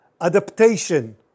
adaptation